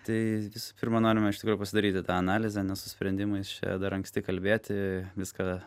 tai visų pirma norime iš tikro pasidaryti tą analizę nes su sprendimais čia dar anksti kalbėti viską